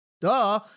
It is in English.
Duh